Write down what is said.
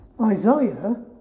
Isaiah